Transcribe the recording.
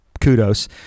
kudos